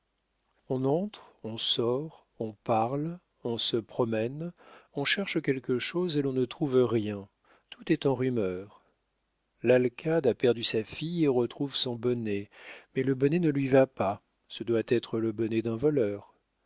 on entre on sort on parle on se promène on cherche quelque chose et l'on ne trouve rien tout est en rumeur l'alcade a perdu sa fille et retrouve son bonnet mais le bonnet ne lui va pas ce doit être le bonnet d'un voleur